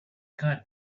good